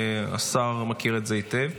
והשר מכיר את זה היטב,